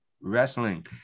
wrestling